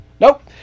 Nope